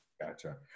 Gotcha